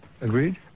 Agreed